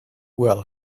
well